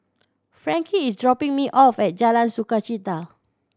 Frankie is dropping me off at Jalan Sukachita